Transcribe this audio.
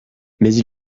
mais